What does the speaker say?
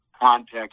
context